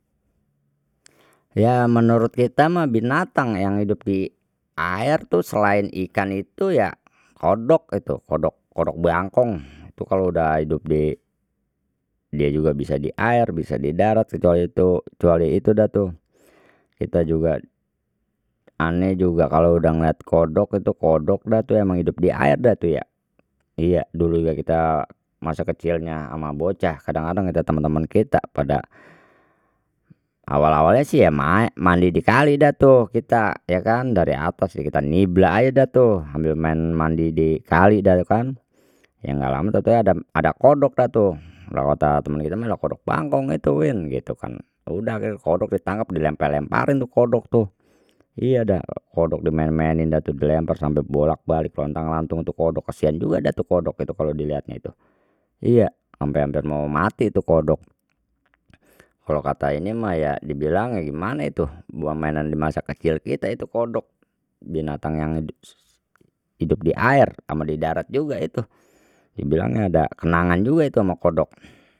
Ya menurut kita mah binatang yang hidup di air terus selain ikan itu ya kodok itu kodok kodok bangkong, itu kalau udah hidup di dia juga bisa di air bisa di darat itu kecuali tu kecuali itu dah tuh kita juga ane juga kalau udah ngelihat kodok itu kodok dah tuh emang hidup di air dah tuh ya, iya dulu juga kita masa kecilnya ama bocah kadang-kadang kita temen temen kita pada awal-awal sih ya mandi di kali dah tuh kita ya kan, dari apa sih kita nibla aja dah tuh sambil main mandi di kali dah kan ya nggak lama tau taunya ada kodok dah tu klo kata temen kita mah lha kodok bangkong itu win gitu kan ya udah akhirnya kodok ditangkep dilempar lemparin tuh kodok tuh iya dah kodok dimain-mainin dah tu dilempar sampai bolak balik lontang lantung tu kodok, kesian juga dah tu kodok itu kalau diliatnya itu iya ampe hampir mau mati itu kodok kalau kata ini mah ya dibilangnya gimana itu buat mainan di masa kecil kita itu kodok binatang yang hidup di air sama di darat juga itu dibilangnya ada kenangan juga itu ama kodok.